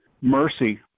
mercy